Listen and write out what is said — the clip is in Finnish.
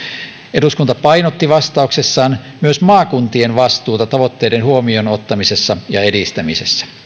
eduskunta painotti vastauksessaan myös maakuntien vastuuta tavoitteiden huomioon ottamisessa ja edistämisessä